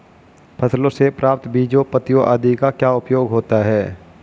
फसलों से प्राप्त बीजों पत्तियों आदि का क्या उपयोग होता है?